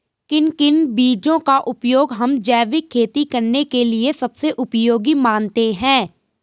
किन किन बीजों का उपयोग हम जैविक खेती करने के लिए सबसे उपयोगी मानते हैं?